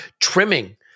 trimming